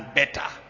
better